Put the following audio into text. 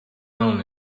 own